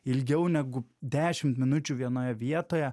ilgiau negu dešimt minučių vienoje vietoje